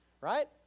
right